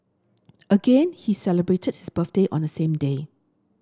again he celebrated his birthday on same day